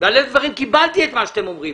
ובאלף דברים קיבלתי את מה שאתם אומרים.